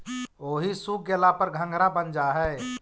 ओहि सूख गेला पर घंघरा बन जा हई